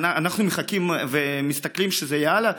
ואנחנו מחכים ומסתכלים שזה יהיה הלאה?